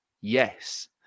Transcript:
yes